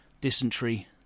dysentery